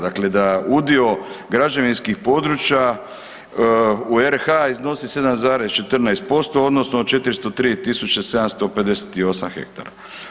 Dakle, da udio građevinskih područja u RH iznosi 7,14% odnosno 403.758 hektara.